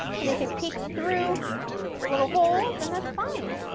and if it peeks through the little holes, then that's fine.